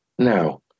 Now